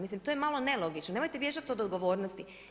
Mislim to je malo nelogično, nemojte bježat od odgovornosti.